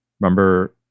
remember